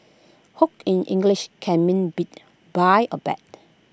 hoot in English can mean beat buy or bet